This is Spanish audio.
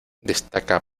destaca